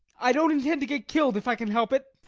i don't intend to get killed if i can help it.